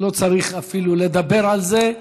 ולא צריך אפילו לדבר על זה.